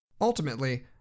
Ultimately